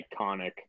iconic